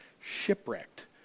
shipwrecked